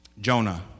Jonah